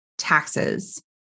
taxes